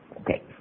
Okay